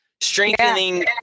strengthening